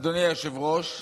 אדוני היושב-ראש,